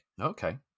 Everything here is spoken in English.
Okay